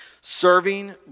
Serving